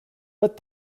but